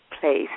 place